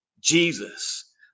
Jesus